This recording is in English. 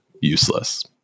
useless